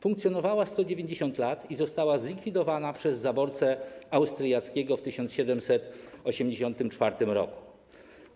Funkcjonowała 190 lat i została zlikwidowana przez zaborcę austriackiego w 1784 r.